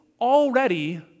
already